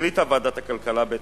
החליטה ועדת הכלכלה,